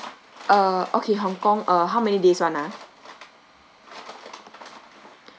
uh okay hong kong uh how many days [one] ah